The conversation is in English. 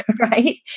right